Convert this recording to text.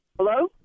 Hello